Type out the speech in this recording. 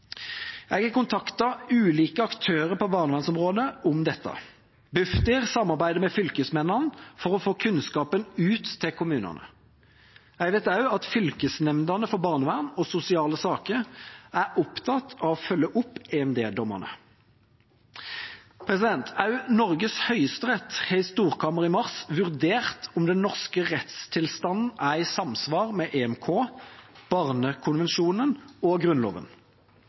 Jeg har kontaktet ulike aktører på barnevernsområdet om dette. Bufdir samarbeider med fylkesmennene for å få kunnskapen ut til kommunene. Jeg vet også at fylkesnemndene for barnevern og sosiale saker er opptatt av å følge opp EMD-dommene. Norges Høyesterett har i storkammer i mars vurdert om den norske rettstilstanden er i samsvar med EMK, barnekonvensjonen og Grunnloven.